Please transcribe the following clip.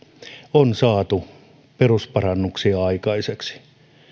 on saatu perusparannuksia aikaiseksi